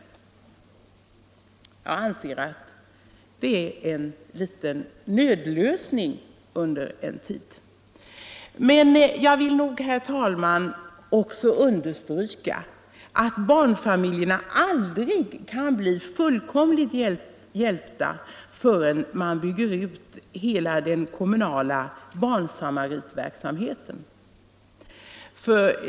Jag anser reservanternas förslag vara en nödlösning under en kortare tid. Men jag vill också, herr talman, understryka att barnfamiljerna aldrig kan bli fullkomligt hjälpta förrän man bygger ut hela den kommunala barnsamaritverksamheten.